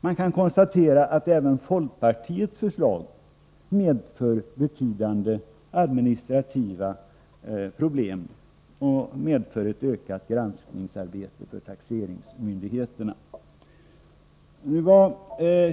Man kan konstatera att även folkpartiets förslag medför betydande administrativa problem och ett ökat granskningsarbete för taxeringsmyndigheterna.